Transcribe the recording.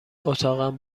اتاقم